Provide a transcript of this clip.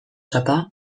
sapa